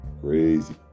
crazy